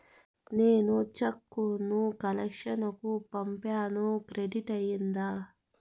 నేను చెక్కు ను కలెక్షన్ కు పంపాను క్రెడిట్ అయ్యిందా